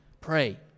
Pray